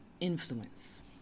Influence